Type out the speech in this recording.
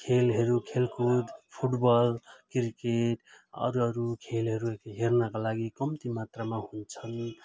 खेलहरू खेलकुद football cricket अरू अरू खेलहरू हेर्नका लागि कम्ती मात्रामा हुन्छन्